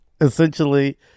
essentially